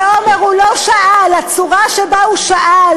ועמר, הוא לא שאל, הצורה שבה הוא שאל